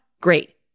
Great